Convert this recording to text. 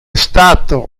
stato